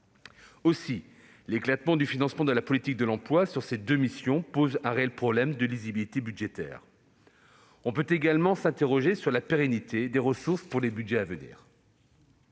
mission. L'éclatement du financement de la politique de l'emploi sur ces deux missions pose un réel problème de lisibilité budgétaire. Des questions surgissent également sur la pérennité des ressources pour les budgets à venir.